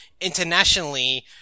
internationally